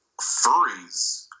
Furries